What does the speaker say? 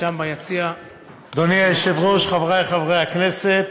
אדוני היושב-ראש, חברי חברי הכנסת,